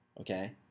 Okay